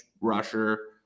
rusher